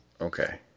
Okay